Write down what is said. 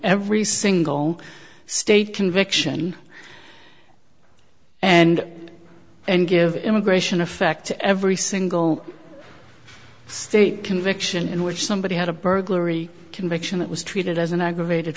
every single state conviction and and give immigration effect to every single state conviction in which somebody had a burglary conviction that was treated as an aggravated